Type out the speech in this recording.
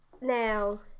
now